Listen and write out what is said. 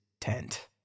tent